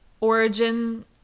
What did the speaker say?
origin